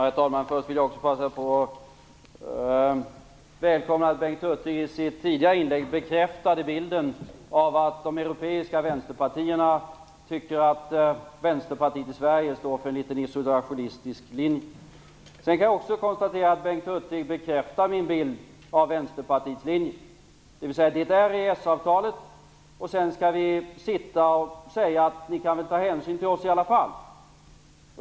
Herr talman! Jag vill passa på att välkomna att Bengt Hurtig i sitt tidigare inlägg bekräftade bilden av att de europeiska vänsterpartierna tycker att Vänsterpartiet i Sverige står för en isolationistisk linje. Jag konstaterar också att Bengt Hurtig bekräftar min bild av Vänsterpartiets linje, dvs. att det är EES avtalet som skall gälla och sedan skall vi be att EU tar hänsyn till oss i alla fall.